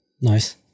Nice